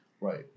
right